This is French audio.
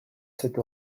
cette